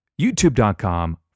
youtube.com